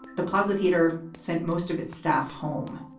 the positve heater sent most of its staff home.